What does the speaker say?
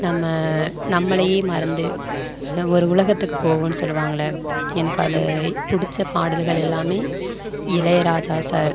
நம்ம நம்மளையே மறந்து ஒரு உலகத்துக்கு போவோன்னு சொல்லுவாங்கல்ல எனக்கு அதை பிடிச்ச பாடல்கள் எல்லாமே இளையராஜா சார்